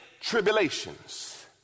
tribulations